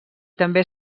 també